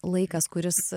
laikas kuris